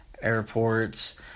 Airports